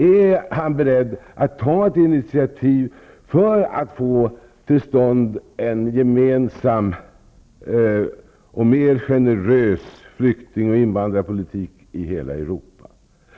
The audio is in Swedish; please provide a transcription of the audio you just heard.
Är han beredd att ta ett intitiativ för att få till stånd en gemensam och mer generös flyktingoch invandrarpolitik i hela Europa?